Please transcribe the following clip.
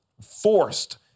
forced